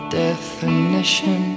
definition